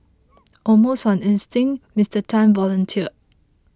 almost on instinct Mister Tan volunteered